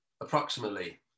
approximately